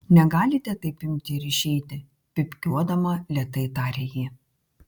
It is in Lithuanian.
negalite taip imti ir išeiti pypkiuodama lėtai tarė ji